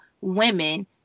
women